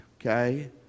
okay